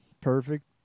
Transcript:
perfect